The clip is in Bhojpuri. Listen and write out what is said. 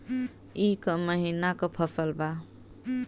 ई क महिना क फसल बा?